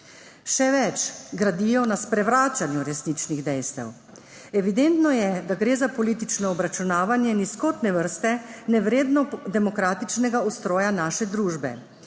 Še več, gradijo na sprevračanju resničnih dejstev. Evidentno je, da gre za politično obračunavanje nizkotne vrste, nevredno demokratičnega ustroja naše družbe.